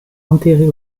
enterrée